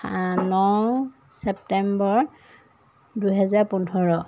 সা ন ছেপ্টেম্বৰ দুহেজাৰ পোন্ধৰ